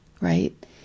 right